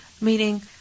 Meaning